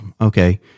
okay